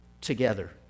together